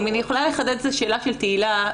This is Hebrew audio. אם אני יכולה לחדד את השאלה של תהלה,